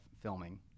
filming